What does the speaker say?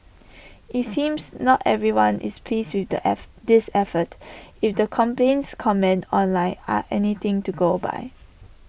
IT seems not everyone is pleased with the F this effort if the complaints comments online are anything to go by